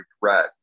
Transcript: regret